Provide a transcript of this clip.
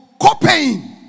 copying